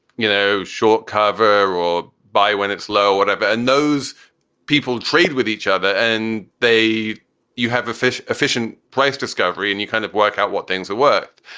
you know, short cover or buy when it's low or whatever. and those people trade with each other and they you have a fish efficient price discovery and you kind of work out what things are worth.